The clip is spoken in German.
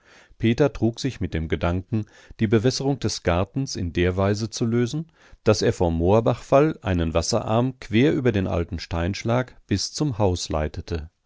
peter trug sich mit dem gedanken die bewässerung des gartens in der weise zu lösen daß er vom moorbachfall einen wasserarm quer über den alten steinschlag bis zum haus leitete